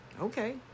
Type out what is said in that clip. Okay